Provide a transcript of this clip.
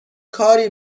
کاری